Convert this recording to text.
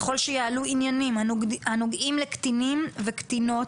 ככל שיעלו עניינים הנוגעים לקטינים וקטינות,